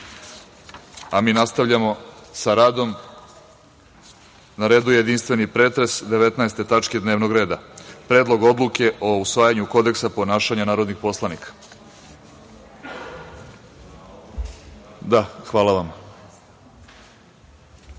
nastavljamo sa radom. Na redu je jedinstveni pretres 19. tačke dnevnog reda – Predlog odluke o usvajanju Kodeksa ponašanja narodnih poslanika. Pre otvaranja